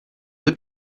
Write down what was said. deux